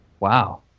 Wow